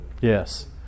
Yes